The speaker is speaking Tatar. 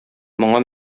моңа